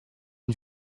une